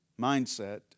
mindset